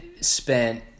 spent